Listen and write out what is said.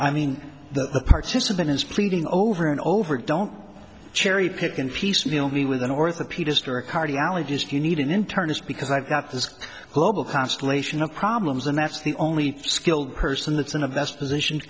i mean the participant is pleading over and over don't cherry pick and piecemeal me with an orthopedist or a cardiologist you need an internist because i've got this global constellation of problems and that's the only skilled person that's in of that's a position to